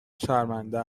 شرمنده